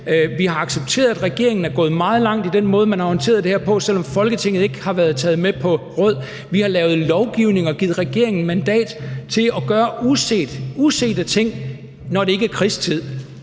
Vi har accepteret, at regeringen er gået meget langt i den måde, man har håndteret det her på, selv om Folketinget ikke har været taget med på råd, vi har lavet lovgivning og givet regeringen mandat til at gøre usete ting, når det ikke er krigstid,